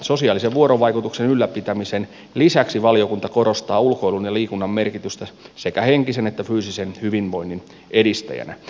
sosiaalisen vuorovaikutuksen ylläpitämisen lisäksi valiokunta korostaa ulkoilun ja liikunnan merkitystä sekä henkisen että fyysisen hyvinvoinnin edistäjänä